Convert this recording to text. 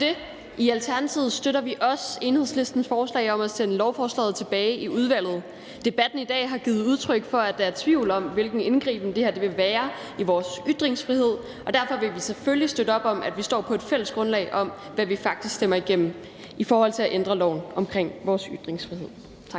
det. I Alternativet støtter vi også Enhedslistens forslag om at sende lovforslaget tilbage i udvalget. Debatten i dag har været et udtryk for, at der er tvivl om, hvilken indgriben det her vil være i vores ytringsfrihed, og derfor vil vi selvfølgelig støtte op om, at vi står på et fælles grundlag, i forhold til hvad vi faktisk stemmer igennem i forbindelse med at ændre loven om vores ytringsfrihed. Tak.